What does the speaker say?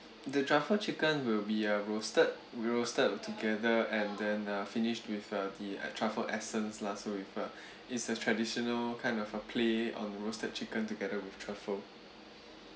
the truffle chicken will be a roasted we roasted it together and then uh finished with uh the a truffle essence lah so with a it's a traditional kind of a play on the roasted chicken together with truffle